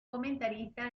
comentarista